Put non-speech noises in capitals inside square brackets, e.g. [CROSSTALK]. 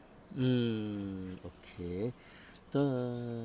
mm okay [BREATH] the